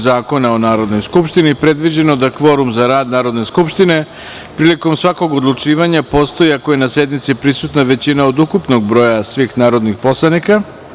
Zakona o Narodnoj skupštini predviđeno da kvorum za rad Narodne skupštine prilikom svakog odlučivanja postoji ako je na sednici prisutna većina od ukupnog broja svih narodnih poslanika.